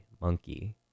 Monkey